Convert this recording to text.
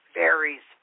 varies